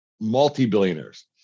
multi-billionaires